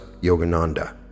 Yogananda